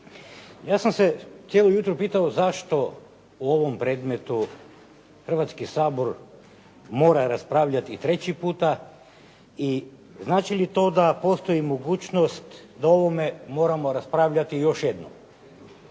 Ja sam se cijelo jutro pitao zašto u ovom predmetu Hrvatski sabor mora raspravljat i treći puta i znači li to da postoji mogućnost da o ovome moramo raspravljati još jednom.